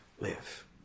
live